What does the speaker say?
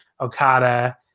Okada